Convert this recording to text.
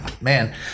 man